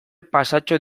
pasatxo